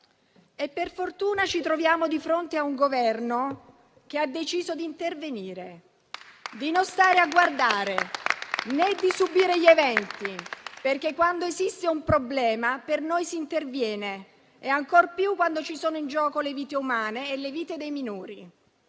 Per fortuna ci troviamo di fronte a un Governo che ha deciso di intervenire, di non stare a guardare, né di subire gli eventi, perché quando esiste un problema per noi si interviene, ancor più quando ci sono in gioco le vite umane e le vite dei minori.